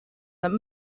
that